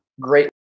great